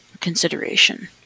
consideration